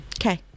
Okay